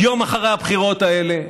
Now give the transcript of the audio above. יום אחרי הבחירות האלה,